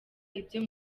ibyo